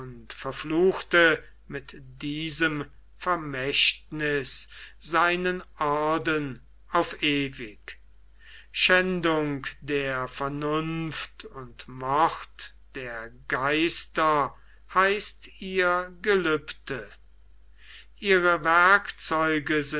verfluchte mit diesem vermächtniß seinen orden auf ewig schändung der vernunft und mord der geister heißt ihr gelübde ihre werkzeuge